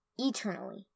Eternally